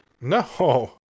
No